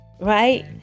Right